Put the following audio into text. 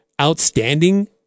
outstanding